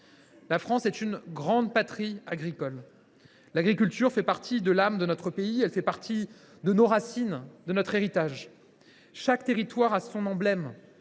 La France est une grande patrie agricole. L’agriculture fait partie de l’âme de notre pays. Elle fait partie de nos racines et de notre héritage. Chaque territoire a son emblème,